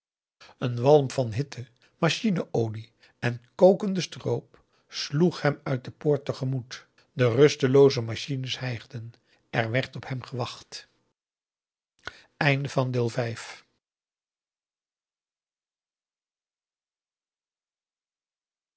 een walm van hitte machine olie augusta de wit orpheus in de dessa en kokende stroop sloeg hem uit de poort te gemoet de rustelooze machines hijgden er werd op hem gewacht